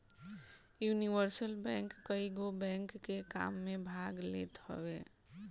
universal bank कईगो bank के काम में भाग लेत हवे